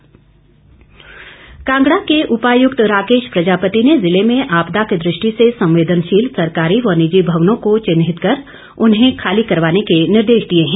DC Kangra Kangra के उपायुक्त राकेश प्रजापति ने जिले में आपदा की दृष्टि से संवेदनशील सरकारी व निजी भवनों को चिन्हित कर उन्हें खाली करवाने के निर्देश दिए हैं